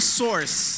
source